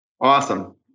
Awesome